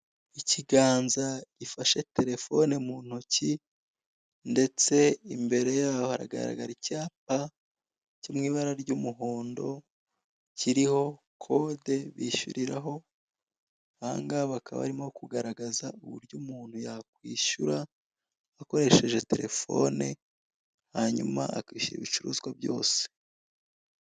Ikiganza gifashe terefone mu ntoki ndetse imbere yaho haragaragara icyapa kiri mu ibara ry'umuhondo kiriho kode bishyuriraho. Ahangaha bakaba barimo kugaragaza uburyo umuntu yakWishyu akoresheje terefone, hanyuma akishyura ibicuruzwa byose.